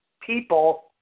people